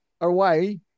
away